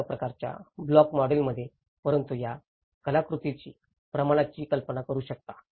एका प्रकारच्या ब्लॉक मॉडेलमध्ये परंतु या कलाकृतीच्या प्रमाणाची कल्पना करू शकता